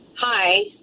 Hi